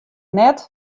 net